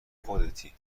خودتی